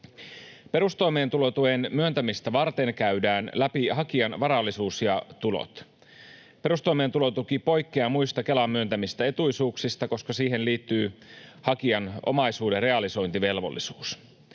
Perustoimeentulotuen myöntämistä varten käydään läpi hakijan varallisuus ja tulot. Perustoimeentulotuki poikkeaa muista Kelan myöntämistä etuisuuksista, koska siihen liittyy hakijan omaisuuden realisointivelvollisuus.